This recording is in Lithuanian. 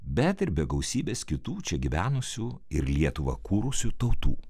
bet ir be gausybės kitų čia gyvenusių ir lietuvą kūrusių tautų